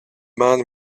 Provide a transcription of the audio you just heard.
man